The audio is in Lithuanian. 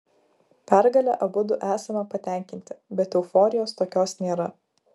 pergale abudu esame patenkinti bet euforijos tokios nėra